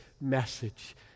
message